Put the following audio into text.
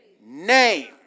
name